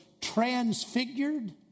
transfigured